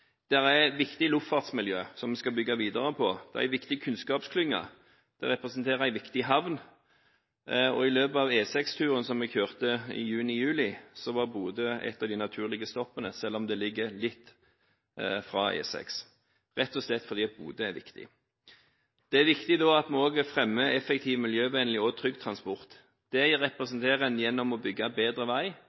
er et viktig luftfartsmiljø, som en skal bygge videre på. Det er en viktig kunnskapsklynge. Det representerer en viktig havn. I løpet av E6-turen som jeg kjørte i juni–juli, var Bodø et av de naturlige stoppene, selv om det ligger litt fra E6, rett og slett fordi Bodø er viktig. Det er også viktig at vi fremmer en effektiv, miljøvennlig og trygg transport. Det representerer en gjennom å bygge bedre vei,